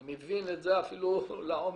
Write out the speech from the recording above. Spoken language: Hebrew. אני מבין את זה אפילו לעומק,